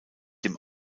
dem